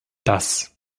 das